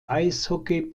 eishockey